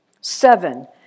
Seven